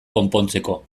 konpontzeko